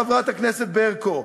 חברת הכנסת ברקו,